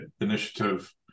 initiative